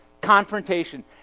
confrontation